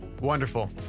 Wonderful